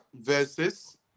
versus